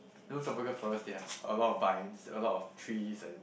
you know tropical forest they have a lot of vines a lot of trees and